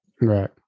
right